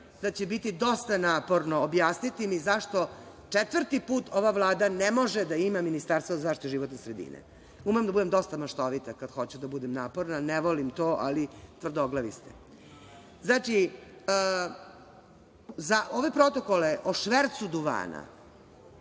da će biti dosta naporno objasniti mi zašto četvrti put ova Vlada ne može da ima Ministarstvo za zaštitu životne sredine. Umem da budem dosta maštovita kada hoću da budem naporna, ne volim to, ali tvrdoglavi ste. Znači, za ove protokole o švercu duvana,